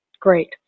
Great